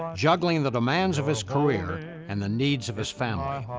juggling the demands of his career and the needs of his family.